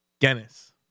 Guinness